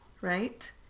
right